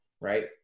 right